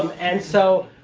um and so